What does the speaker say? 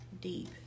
deep